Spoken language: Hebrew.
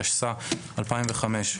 התשס"ה-2005,